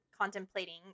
contemplating